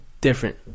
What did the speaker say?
different